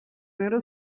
narrow